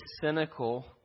cynical